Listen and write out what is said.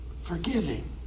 forgiving